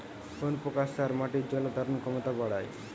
কোন প্রকার সার মাটির জল ধারণ ক্ষমতা বাড়ায়?